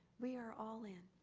we are all in.